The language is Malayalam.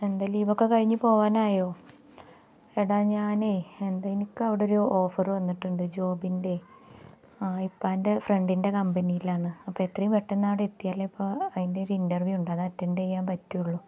എന്താ ലീവൊക്കെ കഴിഞ്ഞു പോകാനായോ ഏടാ ഞാനേ എന്താ എനിക്കവിടൊരു ഓഫർ വന്നിട്ടുണ്ട് ജോബിൻ്റെ ആ ഇപ്പാൻ്റെ ഫ്രണ്ടിൻ്റെ കമ്പനിയിലാണ് അപ്പം എത്രയും പെട്ടെന്ന് അവിടെ എത്തിയാലേ ഇപ്പം അതിൻ്റെ ഒരു ഇൻറർവ്യൂ ഉണ്ട് അത് അറ്റൻ്റ് ചെയ്യാൻ പറ്റുകയുള്ളൂ